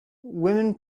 women